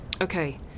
okay